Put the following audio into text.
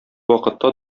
вакытта